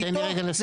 זה